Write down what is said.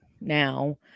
now